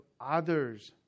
others